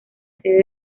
sede